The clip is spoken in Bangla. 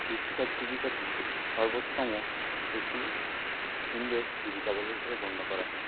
কৃষিকাজ জীবিকাটি সর্বোত্তম একটি সুন্দর জীবিকা বলে গণ্য করা হয়